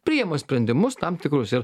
priima sprendimus tam tikrus ir